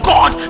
God